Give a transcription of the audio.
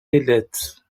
ailettes